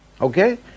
Okay